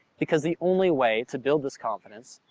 because the only way to build this confidence,